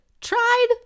tried